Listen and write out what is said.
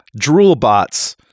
Droolbots